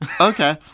Okay